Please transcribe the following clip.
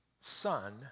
son